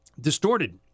distorted